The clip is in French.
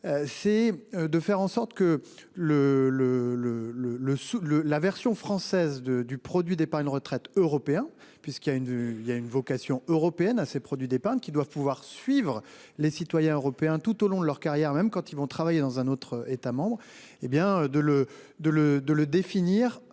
que le le le le le le la version française de du produit d'épargne retraite européens puisqu'il y a une vue il y a une vocation européenne à ces produits d'épargne qui doivent pouvoir suivre les citoyens européens tout au long de leur carrière, même quand ils vont travailler dans un autre État-membre hé bien